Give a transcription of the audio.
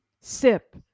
Sip